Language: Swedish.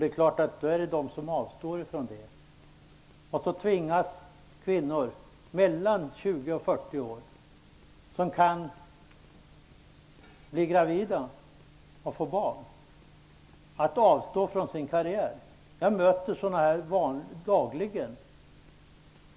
Det är klart att det finns de som då avstår från det. Så tvingas kvinnor mellan 20 och 40 år, som kan bli gravida och få barn, att avstå från sin karriär. Jag möter sådana dagligen.